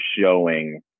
showing